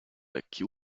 lekki